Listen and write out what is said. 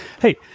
Hey